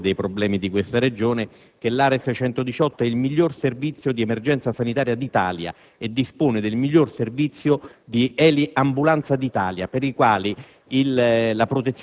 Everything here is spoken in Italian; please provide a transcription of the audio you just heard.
che è attento conoscitore dei problemi di questa Regione, che l'ARES 118 è il miglior servizio di emergenza sanitaria d'Italia e che dispone del miglior servizio di eliambulanza, per cui